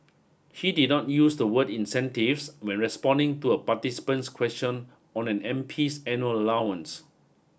he did not use the word incentives when responding to a participant's question on an MP's annual allowance